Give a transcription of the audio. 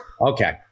okay